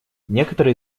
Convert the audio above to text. некоторые